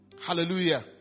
Hallelujah